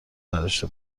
برداشته